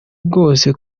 bwose